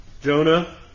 Jonah